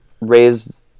raised